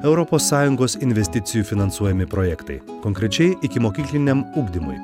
europos sąjungos investicijų finansuojami projektai konkrečiai ikimokykliniam ugdymui